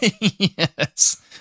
Yes